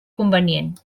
convenient